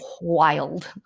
wild